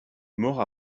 mort